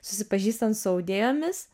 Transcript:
susipažįstant su audėjomis